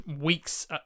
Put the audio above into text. weeks